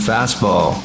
Fastball